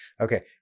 Okay